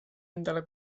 endale